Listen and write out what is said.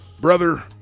brother